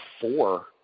four